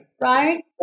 Right